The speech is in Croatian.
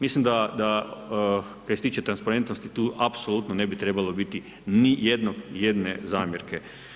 Mislim da što se tiče transparentnosti tu apsolutno ne bi trebalo biti ni jedne jedine zamjerke.